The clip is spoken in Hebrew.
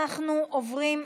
אנחנו עוברים,